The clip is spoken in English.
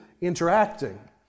interacting